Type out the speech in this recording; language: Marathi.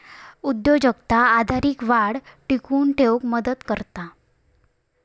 उद्योजकता आर्थिक वाढ टिकवून ठेउक मदत करता